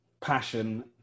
passion